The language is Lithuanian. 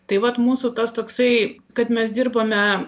tai vat mūsų tas toksai kad mes dirbome